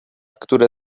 które